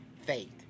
faith